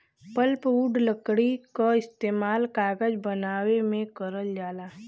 pulpwood लकड़ी क इस्तेमाल कागज बनावे में करल जाला